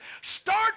Start